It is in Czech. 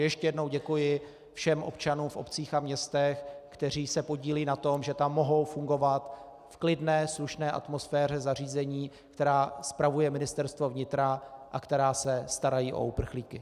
Ještě jednou děkuji všem občanům v obcích a městech, kteří se podílejí na tom, že tam mohou fungovat v klidné slušné atmosféře zařízení, která spravuje Ministerstvo vnitra a která se starají o uprchlíky.